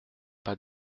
pas